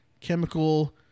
chemical